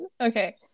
Okay